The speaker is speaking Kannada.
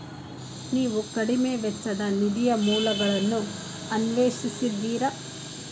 ನೀವು ಕಡಿಮೆ ವೆಚ್ಚದ ನಿಧಿಯ ಮೂಲಗಳನ್ನು ಅನ್ವೇಷಿಸಿದ್ದೀರಾ?